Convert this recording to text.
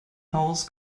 aus